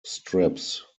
strips